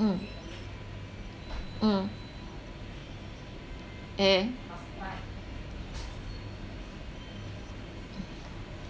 mm mm mm eh eh